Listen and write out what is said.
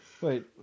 Wait